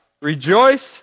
Rejoice